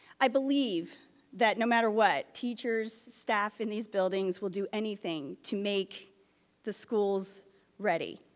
i believe that no matter what teachers, staff, in these buildings will do anything to make the schools ready,